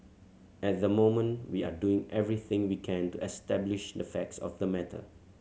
at the moment we are doing everything we can to establish the facts of the matter